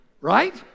right